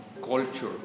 culture